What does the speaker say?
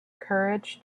courage